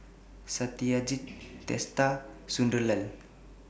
Satyajit Teesta Sunderlal